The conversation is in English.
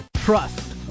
Trust